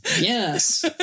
Yes